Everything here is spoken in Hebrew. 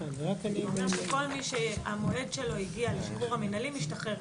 כל מי שהמועד שלו הגיע לשחרור המנהלי, משתחרר.